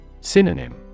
Synonym